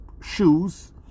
shoes